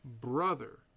brother